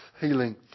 healing